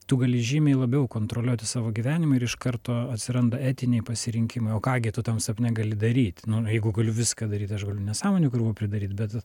tu gali žymiai labiau kontroliuoti savo gyvenimą ir iš karto atsiranda etiniai pasirinkimai o ką gi tu tam sapne gali daryt nu jeigu galiu viską daryt tai aš galiu nesąmonių krūvą pridaryt bet